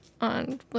on